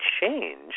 change